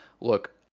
Look